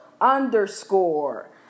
underscore